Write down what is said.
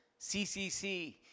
CCC